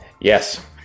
Yes